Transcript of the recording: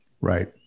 Right